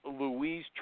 Louise